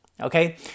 Okay